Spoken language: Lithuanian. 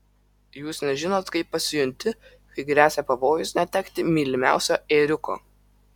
jūs nežinot kaip pasijunti kai gresia pavojus netekti mylimiausio ėriuko